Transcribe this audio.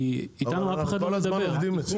כי איתנו אף אחד לא מדבר.